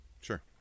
Sure